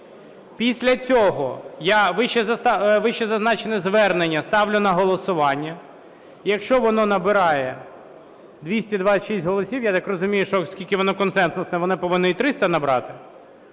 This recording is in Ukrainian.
Після цього я вищезазначене звернення ставлю на голосування. Якщо воно набирає 226 голосів, я так розумію, що оскільки воно консенсусне, воно повинно і 300 набрати,